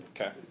Okay